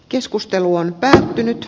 keskustelu on päättynyt